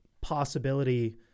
possibility